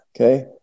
okay